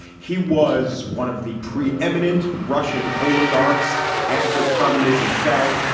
he was one of the pre-eminent russian oligarchs after communism fell.